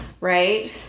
right